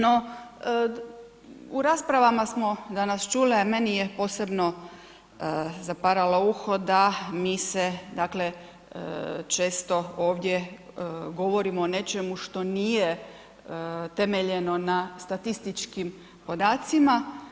No, u raspravama smo danas čule, meni je posebno zaparalo uho da mi se, dakle često ovdje govorimo o nečemu što nije temeljeno na statističkim podacima.